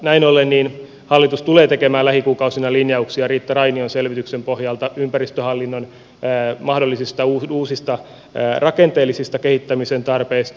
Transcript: näin ollen hallitus tulee tekemään lähikuukausina linjauksia riitta rainion selvityksen pohjalta ympäristöhallinnon mahdollisista uusista rakenteellisista kehittämisen tarpeista